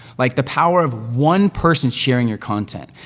like, the power of one person sharing your content.